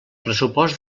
pressupost